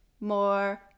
more